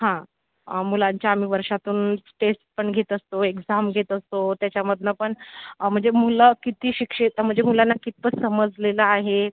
हा मुलांच्या आम्ही वर्षातून टेस्ट पण घेत असतो एक्झाम घेत असतो त्याच्यामधून पण म्हणजे मुलं किती शिक्षित म्हणजे मुलांना कितपत समजलेलं आहे